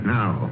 now